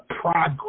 progress